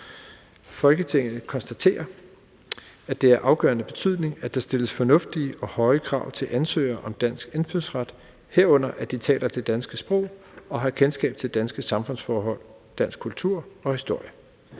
»Folketinget konstaterer, at det er af afgørende betydning, at der stilles fornuftige og høje krav til ansøgere om dansk indfødsret, herunder at de taler det danske sprog og har kendskab til danske samfundsforhold, dansk kultur og historie.